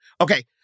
okay